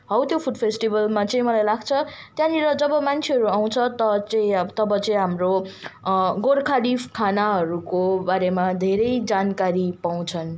हौ त्यो फुड फेस्टिवलमा चाहिँ मलाई लाग्छ त्यहाँनेर जब मान्छेहरू आउँछ तब चाहिँ तब चाहिँ हाम्रो गोर्खाली खानाहरूको बारेमा धेरै जानकारी पाउँछन्